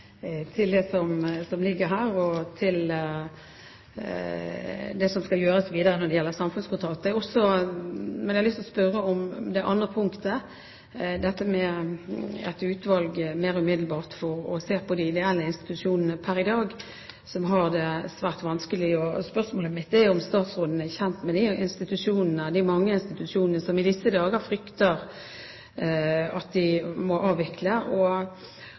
det som ligger her, og til det som skal gjøres videre når det gjelder samfunnskontrakt. Men jeg lyst til å spørre om dette med et utvalg som umiddelbart kan se på de ideelle institusjonene som pr. i dag har det svært vanskelig. Spørsmålet mitt er: Er statsråden kjent med disse institusjonene? Det er mange institusjoner som i disse dager frykter at de må avvikle. Og